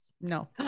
No